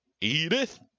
edith